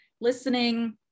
listening